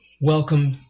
welcome